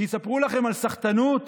כשיספרו לכם על סחטנות